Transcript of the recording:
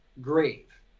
grave